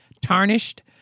tarnished